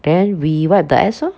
then we wipe the ass lor